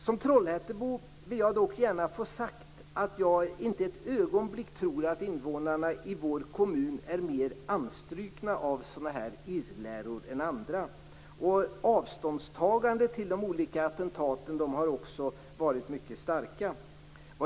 Som trollhättebo vill jag dock gärna få sagt att jag inte ett ögonblick tror att invånarna i vår kommun är mer anstrukna av sådana här irrläror än andra. Avståndstagandet till de olika attentaten har också varit mycket starka.